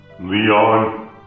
Leon